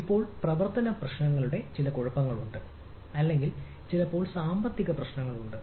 ഇപ്പോൾ പ്രവർത്തന പ്രശ്നങ്ങളുടെ പ്രശ്നങ്ങളുണ്ട് അല്ലെങ്കിൽ ചിലപ്പോൾ സാമ്പത്തിക പ്രശ്നങ്ങളുണ്ട്